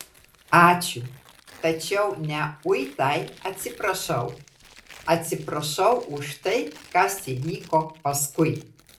ačiū tačiau ne uitai atsiprašau atsiprašau už tai kas įvyko paskui